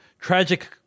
tragic